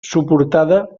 suportada